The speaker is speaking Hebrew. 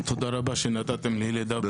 תודה רבה שנתתם לי לדבר.